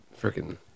freaking